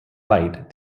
light